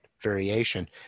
variation